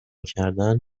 کردن